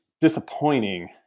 disappointing